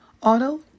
auto